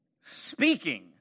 speaking